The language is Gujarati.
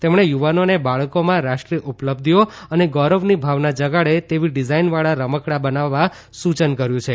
તેમણે યુવાનોને બાળકોમાં રાષ્ટ્રીય ઉપલબ્ધિઓ અને ગૌરવની ભાવના જગાડે તેવી ડિઝાઈનવાળા રમકડા બનાવવા સૂચન કર્યું છે